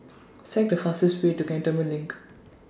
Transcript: Select The fastest Way to Cantonment LINK